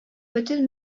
бөтен